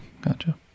gotcha